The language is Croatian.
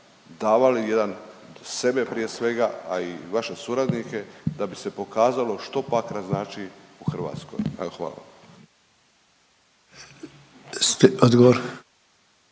davali jedan sebe prije svega a i vaše suradnike da bi se pokazalo što Pakrac znači u Hrvatskoj? Evo, hvala.